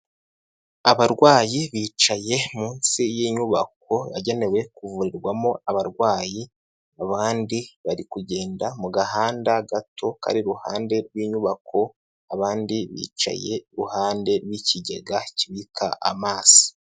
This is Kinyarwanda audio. Abarwayi bicaye munsi y'inyubako yagenewe kuvurirwamo abarwayi, abandi bari kugenda mu gahanda gato kari iruhande rw'inyubako abandi bicaye iruhande n'ikigega kibika amazi.